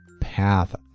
path